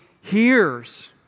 hears